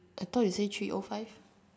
I thought you say three o five